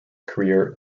career